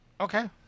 Okay